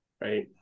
right